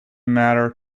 matter